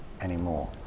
anymore